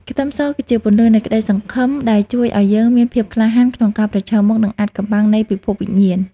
ខ្ទឹមសគឺជាពន្លឺនៃក្តីសង្ឃឹមដែលជួយឱ្យយើងមានភាពក្លាហានក្នុងការប្រឈមមុខនឹងអាថ៌កំបាំងនៃពិភពវិញ្ញាណ។